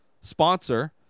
sponsor